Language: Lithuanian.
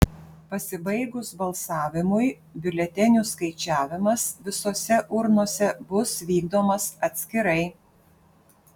pasibaigus balsavimui biuletenių skaičiavimas visose urnose bus vykdomas atskirai